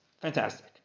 Fantastic